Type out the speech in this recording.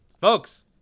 folks